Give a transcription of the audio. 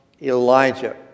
Elijah